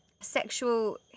sexual